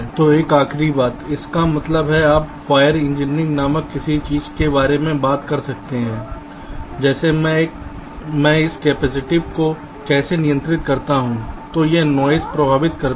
तो एक आखिरी बात इसका मतलब है आप वायर इंजीनियरिंग नामक किसी चीज़ के बारे में बात कर सकते हैं जैसे मैं इस कैपेसिटिव को कैसे नियंत्रित करता हूं तो यह नॉइस प्रभावित करता है